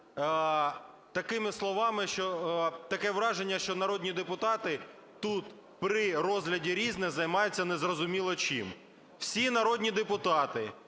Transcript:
такими словами, що таке враження, що народні депутати тут при розгляді "Різне" займаються незрозуміло чим. Всі народні депутати